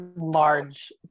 large